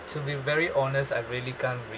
to be very honest I really can't re~